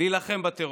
להילחם בטרור.